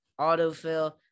autofill